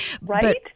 Right